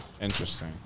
Interesting